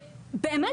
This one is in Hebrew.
באמת,